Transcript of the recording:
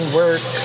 work